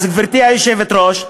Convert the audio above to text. גברתי היושבת-ראש,